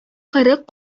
кырык